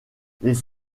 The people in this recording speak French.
les